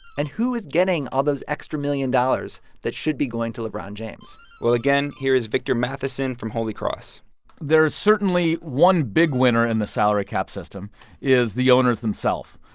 and who is getting all those extra million dollars that should be going to lebron james? well, again, here is victor matheson from holy cross there is certainly one big winner in the salary cap system is the owners themselves.